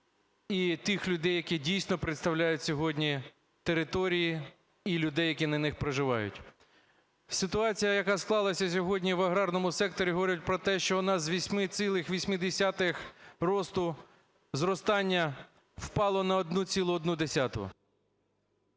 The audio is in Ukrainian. і тих людей, які дійсно представляють сьогодні території і людей, які на них проживають. Ситуація, яка склалася сьогодні в аграрному секторі говорить про те, що у нас з 8,8 росту зростання впало на 1,1.